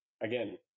again